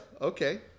okay